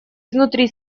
изнутри